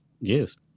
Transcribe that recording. Yes